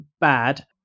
bad